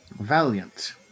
Valiant